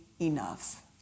enough